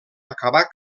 acabar